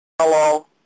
hello